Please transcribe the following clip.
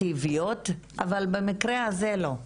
אלטרנטיבות, אבל במקרה הזה לא.